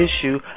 issue